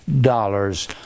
dollars